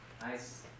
Nice